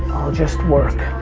i'll just work.